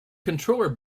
controller